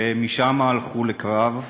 ומשם הלכו לקרב,